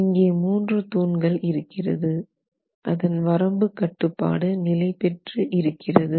இங்கே 3 தூண்கள் pier 1 pier 2 and pier 3 இருக்கிறது அதன் வரம்பு கட்டுப்பாடு நிலைபெற்று இருக்கிறது